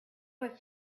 was